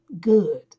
good